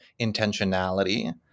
intentionality